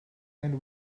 and